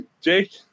Jake